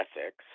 ethics